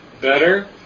better